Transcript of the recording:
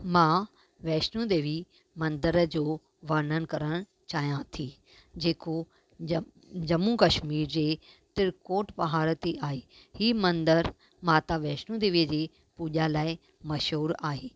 मां वैष्णो देवी मंदर जो वर्णन करणु चाहियां थी जेको जम जम्मू कश्मीर जे त्रिकुट पहाड़ ते आहे ई मंदरु माता वैष्णो देवीअ जी पूॼा लाइ मशहूरु आहे